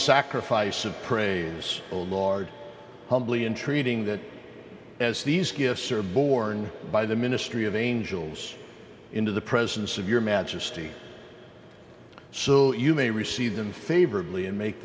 sacrifice of praise the lord humbly intreating that as these gifts are borne by the ministry of angels into the presence of your majesty so that you may receive them favorably and make